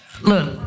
Look